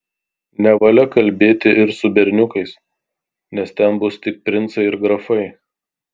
nevalia kalbėti ir su berniukais nes ten bus tik princai ir grafai